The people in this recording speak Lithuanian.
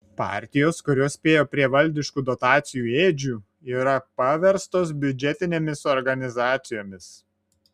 partijos kurios spėjo prie valdiškų dotacijų ėdžių yra paverstos biudžetinėmis organizacijomis